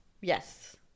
Yes